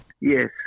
Yes